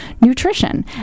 nutrition